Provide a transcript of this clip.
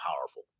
powerful